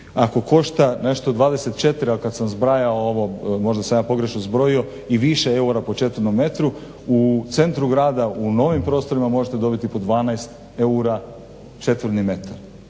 Ako košta nešto 24, a kad sam zbrajao ovo možda sam ja pogrešno zbrojio i više eura po četvornom metru u centru grada u novim prostorima možete dobiti po 14 eura četvorni metar.